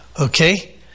Okay